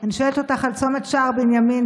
אני שואלת אותך על צומת שער בנימין,